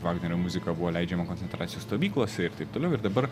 vagnerio muzika buvo leidžiama koncentracijos stovyklose ir taip toliau ir dabar